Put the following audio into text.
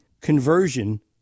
conversion